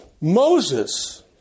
Moses